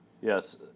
yes